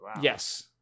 Yes